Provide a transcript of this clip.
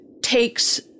takes